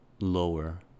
lower